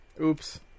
Oops